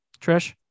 Trish